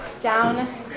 down